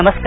नमस्कार